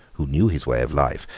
who knew his way of life,